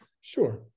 sure